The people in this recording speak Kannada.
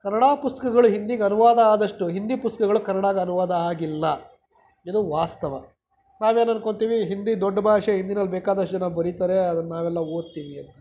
ಕನ್ನಡ ಪುಸ್ತ್ಕಗಳು ಹಿಂದಿಗೆ ಅನುವಾದ ಆದಷ್ಟು ಹಿಂದಿ ಪುಸ್ತಕಗಳು ಕನ್ನಡಾಗೆ ಅನುವಾದ ಆಗಿಲ್ಲ ಇದು ವಾಸ್ತವ ನಾವೇನು ಅಂದ್ಕೋತೀವಿ ಹಿಂದಿ ದೊಡ್ಡ ಭಾಷೆ ಹಿಂದಿನಲ್ಲಿ ಬೇಕಾದಷ್ಟು ಜನ ಬರೀತಾರೆ ಅದನ್ನು ನಾವೆಲ್ಲ ಓದ್ತಿವಿ ಅಂತ